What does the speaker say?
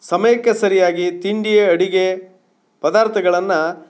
ಸಮಯಕ್ಕೆ ಸರಿಯಾಗಿ ತಿಂಡಿ ಅಡಿಗೆ ಪದಾರ್ಥಗಳನ್ನು